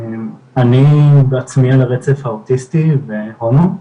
אני בעצמי על הרצף האוטיסטי והומו,